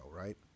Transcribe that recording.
right